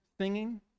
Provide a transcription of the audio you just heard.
singing